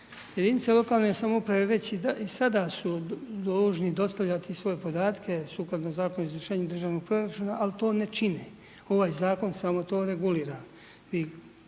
Jedinice lokalne samouprave već i sada su dužni dostaviti svoje podatke sukladno Zakonu o izvršenju državnog proračuna, ali to ne čine, ovaj zakon samo to regulira.